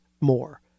more